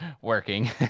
working